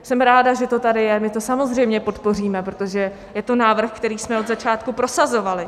Jsem ráda, že to tady je, my to samozřejmě podpoříme, protože je to návrh, který jsme od začátku prosazovali.